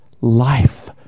life